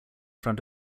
front